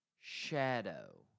Shadow